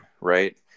right